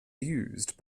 used